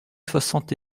soixante